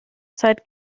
seit